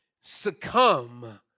succumb